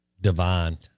divine